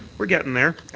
we're getting there.